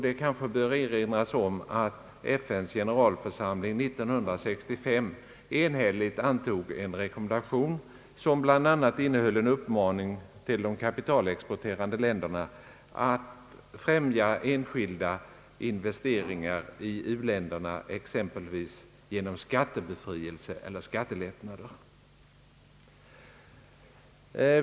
Det bör kanske erinras om att FN:s generalförsamling år 1965 enhälligt antog en rekommendation, som bland annat innehöll en uppmaning till de kapitalexporterande länderna att främja enskilda investeringar i u-länderna exempelvis genom skattebefrielse eller skattelättnader.